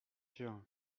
sûr